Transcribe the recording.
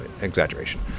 exaggeration